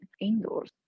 indoors